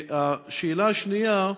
השאלה השנייה: